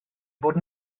fod